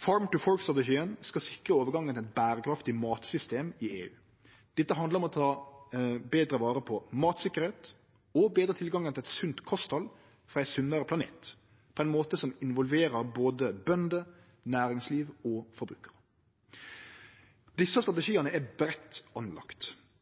skal sikre overgangen til eit berekraftig matsystem i EU. Dette handlar om å ta betre vare på matsikkerheit og betre tilgangen til eit sunt kosthald frå ein sunnare planet på ein måte som involverer både bønder, næringsliv og forbrukarar. Desse strategiane er breitt lagde opp.